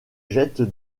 jette